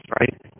right